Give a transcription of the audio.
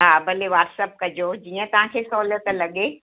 हा भले वाट्सअप कजो जीअं तव्हांखे सहुलियतु